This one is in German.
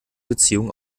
beziehung